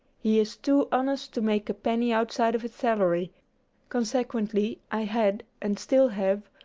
he is too honest to make a penny outside of his salary consequently i had, and still have,